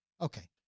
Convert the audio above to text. Okay